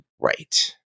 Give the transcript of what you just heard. Right